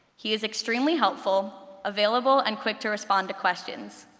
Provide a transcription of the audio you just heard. he is extremely helpful, available, and quick to respond to questions.